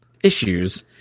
issues